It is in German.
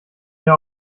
hier